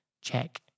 check